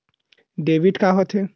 Debit का होथे?